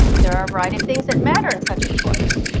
there are a variety of things that matter in such a choice,